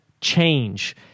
change